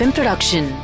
Production